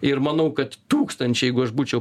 ir manau kad tūkstančiai jeigu aš būčiau